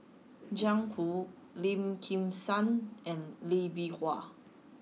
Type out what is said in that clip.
Jiang Hu Lim Kim San and Lee Bee Wah